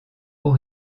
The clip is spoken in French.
aux